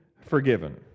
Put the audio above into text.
forgiven